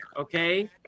Okay